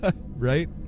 right